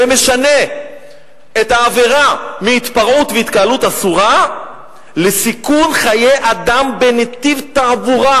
ומשנה את העבירה מהתפרעות והתקהלות אסורה לסיכון חיי אדם בנתיב תעבורה.